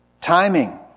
Timing